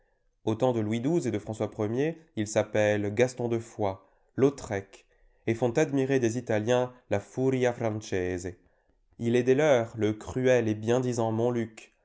temps de louis xii et de françois l ils s'appellent gaston de foix lautrec et font admirer des italiens a fiiria francese il est des leurs le cruel et bien disant